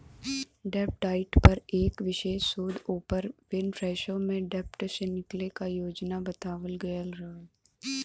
डेब्ट डाइट पर एक विशेष शोध ओपर विनफ्रेशो में डेब्ट से निकले क योजना बतावल गयल रहल